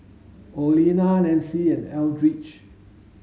Olena Nanci and Eldridge